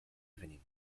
evening